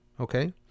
Okay